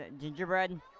Gingerbread